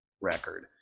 record